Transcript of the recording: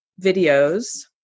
videos